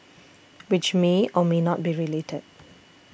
which may or may not be related